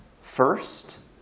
first